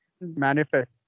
Manifest